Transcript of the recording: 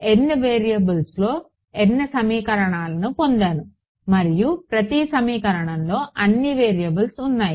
నేను n వేరియబుల్స్లో n సమీకరణాలను పొందాను మరియు ప్రతి సమీకరణంలో అన్ని వేరియబుల్స్ ఉన్నాయి